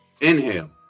Inhale